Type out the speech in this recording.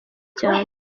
cyane